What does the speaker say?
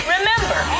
Remember